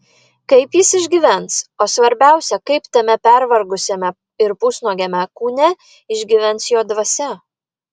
kaip jis išgyvens o svarbiausia kaip tame pervargusiame ir pusnuogiame kūne išgyvens jo dvasia